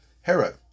hera